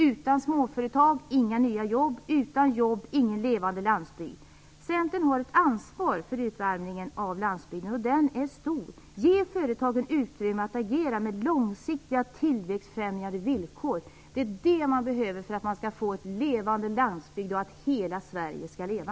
Utan småföretag blir det inte några nya jobb, och utan jobb blir det inte någon levande landsbygd. Centern har ett ansvar för utarmningen av landsbygden, och det är stort. Ge företagen utrymme att agera med långsiktiga tillväxtfrämjande villkor. Det är vad som behövs för att man skall få en levande landsbygd och för att hela Sverige skall leva.